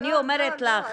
אני אומרת לך,